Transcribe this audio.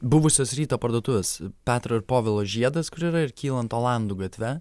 buvusios ryto parduotuvės petro ir povilo žiedas kur yra ir kylant olandų gatve